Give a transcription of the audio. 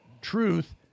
Truth